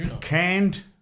canned